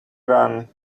run